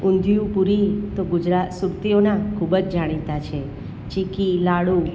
ઉંધિયું પુરી તો સુરતીઓનાં ખૂબ જ જાણીતા છે ચીકી લાડું